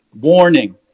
warning